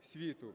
світу.